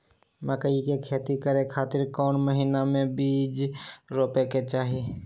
मकई के खेती करें खातिर कौन महीना में बीज रोपे के चाही?